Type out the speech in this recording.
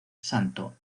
santo